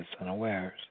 unawares